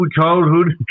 childhood